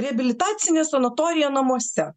reabilitacinę sanatoriją namuose